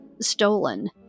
stolen